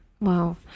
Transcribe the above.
Wow